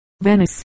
Venice